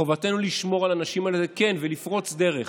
חובתנו לשמור על הנשים האלה, כן, ולפרוץ דרך.